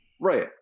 Right